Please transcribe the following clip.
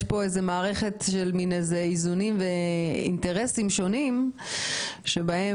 יש פה מערכת של איזונים ואינטרסים שונים שבהם